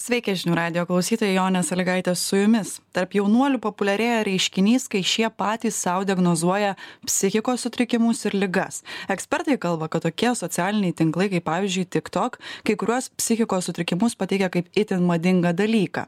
sveiki žinių radijo klausytoja jonė salygaitė su jumis tarp jaunuolių populiarėja reiškinys kai šie patys sau diagnozuoja psichikos sutrikimus ir ligas ekspertai kalba kad tokie socialiniai tinklai kaip pavyzdžiui tik tok kai kuriuos psichikos sutrikimus pateikia kaip itin madingą dalyką